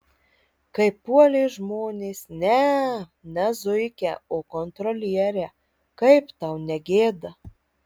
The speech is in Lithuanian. kaip puolė žmonės ne ne zuikę o kontrolierę kaip tau negėda